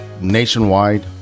nationwide